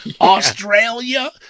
Australia